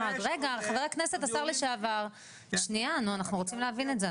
אנחנו רוצים להבין את זה.